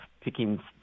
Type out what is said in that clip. picking